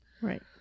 Right